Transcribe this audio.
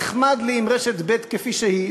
נחמד לי עם רשת ב' כפי שהיא,